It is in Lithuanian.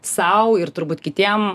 sau ir turbūt kitiem